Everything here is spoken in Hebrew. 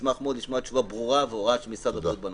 אשמח לשמוע תשובה ברורה והוראה של משרד הבריאות בנושא.